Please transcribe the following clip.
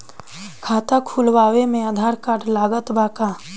खाता खुलावे म आधार कार्ड लागत बा का?